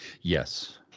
Yes